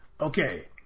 Okay